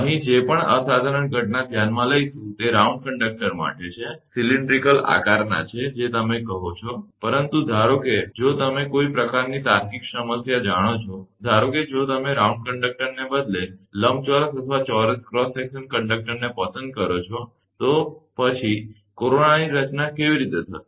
અહીં જે પણ અસાધારણ ઘટના ધ્યાનમાં લઇશું તે રાઉન્ડ કંડક્ટર માટે છે તે નળાકાર આકારના છે જે તમે કહો છો પરંતુ ધારો કે જો તમે કોઈ પ્રકારની તાર્કિક સમસ્યા જાણો છો ધારો કે જો તમે રાઉન્ડ કંડક્ટ ને બદલે લંબચોરસ અથવા ચોરસ ક્રોસ સેક્શન કંડક્ટરને પસંદ કરો છો તો તો પછી કોરોનાની રચના કેવી રીતે થશે